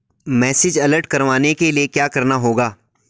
Message alert करवाने के लिए क्या करना होगा?